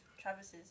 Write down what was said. Travis's